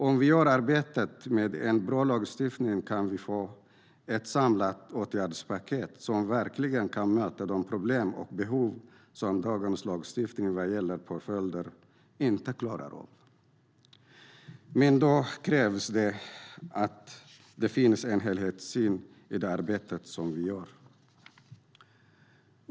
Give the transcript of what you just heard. Om vi arbetar fram en bra lagstiftning kan vi få ett samlat åtgärdspaket som verkligen kan möta de problem och behov som dagens lagstiftning inte klarar av vad gäller påföljderna. Men då krävs det att det finns en helhetssyn i det arbete som vi gör.